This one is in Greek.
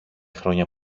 χρόνια